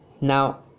now